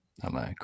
Hello